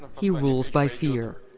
he rules by fear.